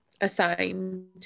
assigned